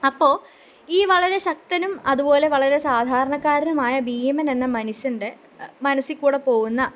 അപ്പോൾ ഈ വളരെ ശക്തനും അതുപോലെ വളരെ സാധാരണക്കാരനുമായ ഭീമനെന്ന മനുഷ്യന്റെ മനസിൽ കൂടെ പോകുന്ന